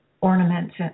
ornaments